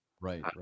right